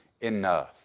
enough